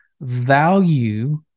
value